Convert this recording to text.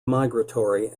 migratory